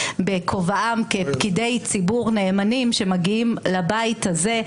בכובעם כפקידי ציבור נאמנים שמגיעים לבית הזה,